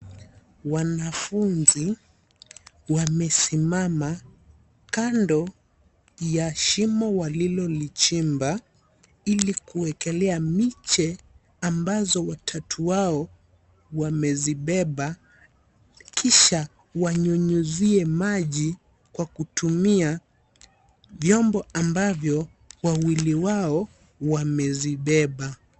Wanafunzi wamesimama kando ya shimo walilolichimba ili kuwekelea miche ambazo watatu wao wamezibeba kisha wanyunyizie maji kwa kutumia vyombo ambavyo wawili wao wamezibeba.